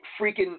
freaking